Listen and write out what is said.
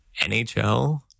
NHL